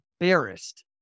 embarrassed